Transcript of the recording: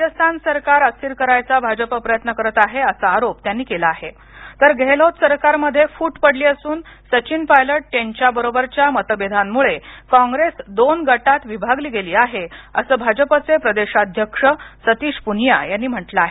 राजस्थान सरकार अस्थिर करायचा भाजप प्रयत्न करत आहे असा आरोप त्यांनी केला आहे तर गेहलोत सरकारंमध्ये फुट पडली असून सचिन पायलट यांच्या बरोबरच्या मतभेदांमुळे कॉंग्रेस दोन गटात विभागली गेली आहे असं भाजपचे प्रदेशाध्यक्ष सतीश पुनीया यांनी म्हंटल आहे